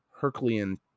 Herculean